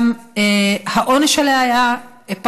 גם העונש עליה היה פחות,